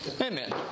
Amen